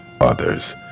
others